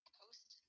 post